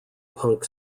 punk